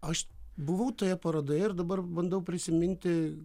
aš buvau toje parodoje ir dabar bandau prisiminti